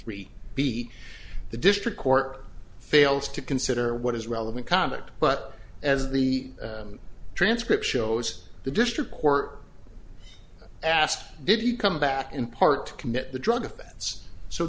three b the district court fails to consider what is relevant conduct but as the transcript shows the district court asked did he come back in part to commit the drug offense so